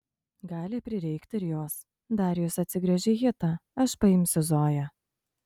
gali prireikti ir jos darijus atsigręžė į hitą aš paimsiu zoją